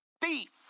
thief